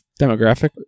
demographic